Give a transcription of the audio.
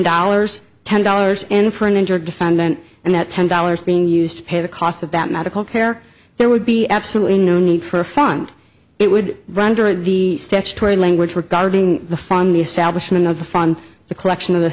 dollars ten dollars in for an injured defendant and that ten dollars being used to pay the cost of that medical care there would be absolutely no need for a fund it would run during the statutory language regarding the from the establishment of the fund the collection of the